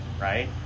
right